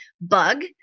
bug